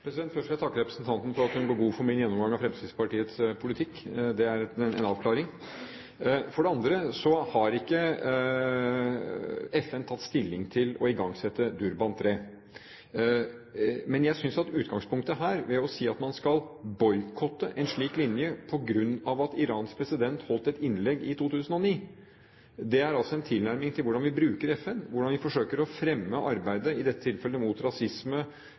Først vil jeg takke representanten for at hun går god for min gjennomgang av Fremskrittspartiets politikk. Det er en avklaring. For det andre har ikke FN tatt stilling til å igangsette Durban 3. Men jeg synes at utgangspunktet her, å si at man skal boikotte en slik linje på grunn av at Irans president holdt et innlegg i 2009 – det er jo en tilnærming til hvordan vi bruker FN, hvordan vi forsøker å fremme arbeidet, i dette tilfellet mot rasisme